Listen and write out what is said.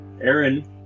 Aaron